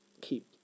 keep